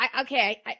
okay